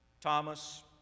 Thomas